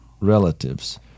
relatives